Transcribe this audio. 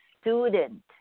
student